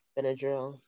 Benadryl